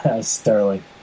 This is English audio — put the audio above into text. Sterling